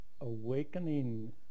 awakening